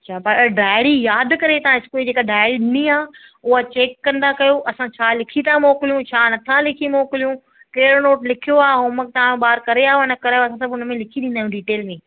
अच्छा पर डायरी यादि करे तव्हां स्कूल जी जेका डायरी ॾिनी आहे उहा चैक कंदा कयो असां छा लिखी था मोकिलियूं छा नथा लिखी मोकिलियूं कहिड़ो नोट लिखियो आहे होमवर्क तव्हांजो ॿारु करे आयो आहे न करे आयो आहे सभु हुन में लिखी ॾींदा आहियूं डिटेल में